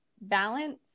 balance